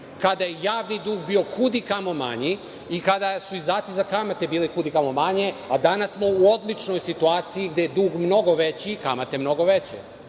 kada je javni dug bio kud i kamo manji i kada su izdaci za kamate bili kud i kamo manje, a danas smo u odličnoj situaciji gde je dug mnogo veći i kamate mnogo